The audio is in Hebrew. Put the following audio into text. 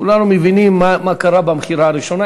כולנו מבינים מה קרה במכירה הראשונה.